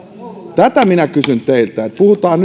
tätä minä kysyn teiltä puhutaan